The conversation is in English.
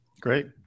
Great